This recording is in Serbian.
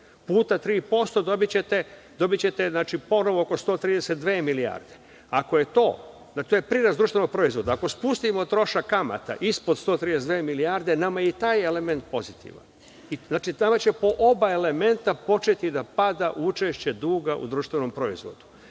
puta 3% dobićete znači oko 132 milijarde. To je prirast društvenog proizvoda. Ako spustimo trošak kamata ispod 132 milijarde nama je i taj element pozitivan. Znači, tada će po oba elementa početi da pada učešće duga u društvenom proizvodu. Mene